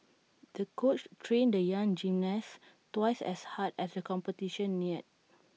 the coach trained the young gymnast twice as hard as the competition neared